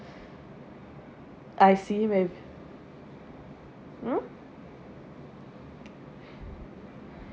I see with hmm